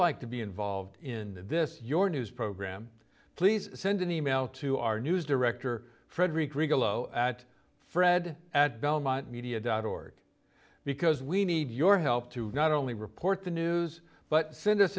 like to be involved in this your news program please send an e mail to our news director frederick regal oh at fred at belmont media dot org because we need your help to not only report the news but findus